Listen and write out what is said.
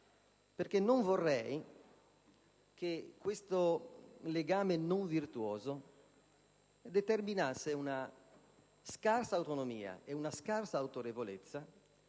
Non vorrei che questo legame non virtuoso determinasse una scarsa autonomia e una scarsa autorevolezza